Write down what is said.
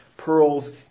pearls